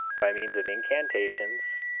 by means of incantations,